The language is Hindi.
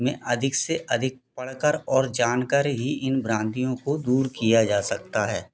में अधिक से अधिक पढ़ कर और जानकर ही इन भ्रांतियों को दूर किया जा सकता है